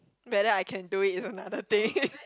whether I can do it is another thing